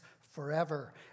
forever